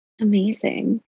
Amazing